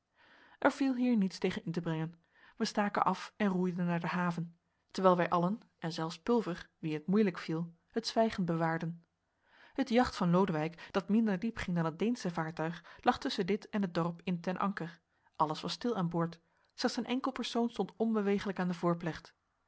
er viel hier niets tegen in te brengen wij staken af en roeiden naar de haven terwijl wij allen en zelfs pulver wien het moeilijk viel het zwijgen bewaarden het jacht van lodewijk dat minder diep ging dan het deensche vaartuig lag tusschen dit en het dorp in ten anker alles was stil aan boord slechts een enkel persoon stond onbeweeglijk aan de